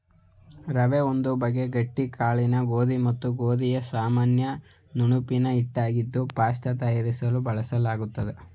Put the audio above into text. ರವೆ ಒಂದು ಬಗೆ ಗಟ್ಟಿ ಕಾಳಿನ ಗೋಧಿ ಮತ್ತು ಗೋಧಿಯ ಸಾಮಾನ್ಯ ನುಣುಪಿನ ಹಿಟ್ಟಾಗಿದ್ದು ಪಾಸ್ತ ತಯಾರಿಸಲು ಬಳಲಾಗ್ತದೆ